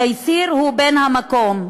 תייסיר הוא בן המקום,